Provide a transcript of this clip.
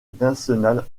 national